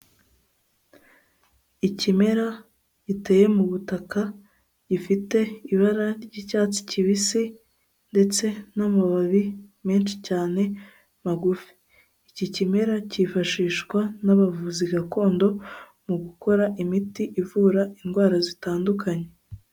Ikimera giteye mu butaka, gifite ibara ry'icyatsi kibisi ndetse n'amababi menshi cyane magufi. Iki kimera cyifashishwa n'abavuzi gakondo mu gukora imiti ivura indwara zitandukanye.